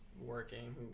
working